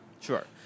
Sure